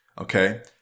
Okay